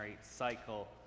cycle